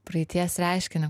praeities reiškinį